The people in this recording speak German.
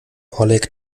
oleg